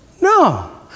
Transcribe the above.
No